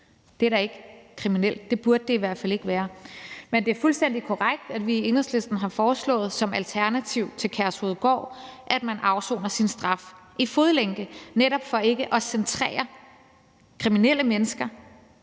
Det er da ikke kriminelt. Det burde det i hvert fald ikke være. Men det er fuldstændig korrekt, at vi i Enhedslisten har foreslået som alternativ til Kærshovedgård, at man afsoner sin straf i fodlænke, netop for ikke at koncentrere kriminelle mennesker,